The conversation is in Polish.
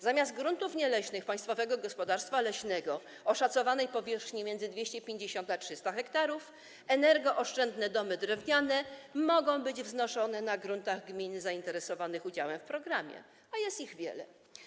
Zamiast na gruntach nieleśnych Państwowego Gospodarstwa Leśnego Lasy Państwowe o szacowanej powierzchni między 250 a 300 ha energooszczędne domy drewniane mogą być wznoszone na gruntach gmin zainteresowanych udziałem w programie, a jest ich wiele.